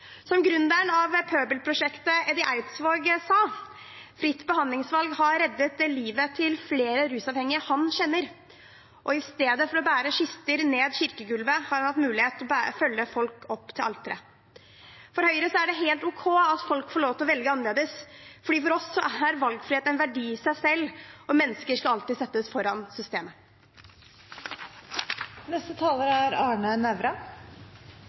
av Pøbelprosjektet, Eddi Eidsvåg, sa at Fritt behandlingsvalg har reddet livet til flere rusavhengige han kjenner, og at han istedenfor å følge kister ned kirkegulvet har fått mulighet til å følge folk opp til alteret. For Høyre er det helt ok at folk får lov til å velge annerledes. For oss er valgfrihet en verdi i seg selv, og mennesker skal alltid settes foran systemet. Det er